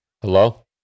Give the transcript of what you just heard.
Hello